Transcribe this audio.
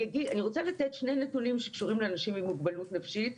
אני רוצה לתת שני נתונים שקשורים לאנשים עם מוגבלות נפשית,